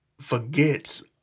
forgets